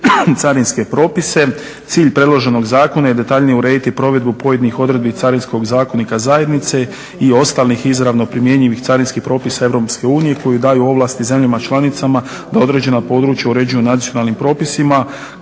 carinske propise. Cilj predloženog zakona je detaljnije urediti provedbu pojedinih provedbi Carinskog zakonika zajednice i ostalih izravno primjenjivih carinskih propisa Europske unije koje daju ovlasti zemljama članicama da određena područja uređuju nacionalnim propisima